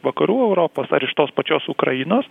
vakarų europos ar iš tos pačios ukrainos